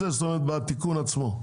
זאת אומרת, בתיקון עצמו.